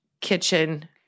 kitchen